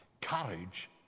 Courage